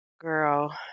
Girl